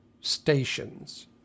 stations